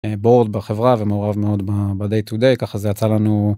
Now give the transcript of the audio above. בורד בחברה ומעורב מאוד בדיי טו דיי, ככה זה יצא לנו...